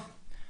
טוב,